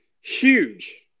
huge